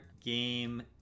game